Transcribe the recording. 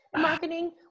marketing